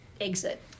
exit